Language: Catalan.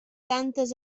tantes